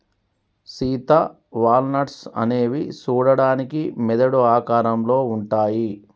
Sita walnuts అనేవి సూడడానికి మెదడు ఆకారంలో ఉంటాయి